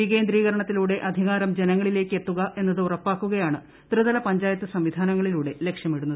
വികേന്ദ്രീകരണത്തിലൂടെ അധികാരം ജനങ്ങളിലേയ്ക്ക് എത്തുക എന്നത് ഉറപ്പാക്കുകയാണ് ത്രിതല പഞ്ചായത്ത് സംവിധാനങ്ങളിലൂടെ ലക്ഷ്യമിടുന്നത്